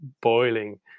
boiling